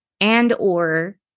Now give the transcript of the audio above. and/or